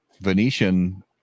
Venetian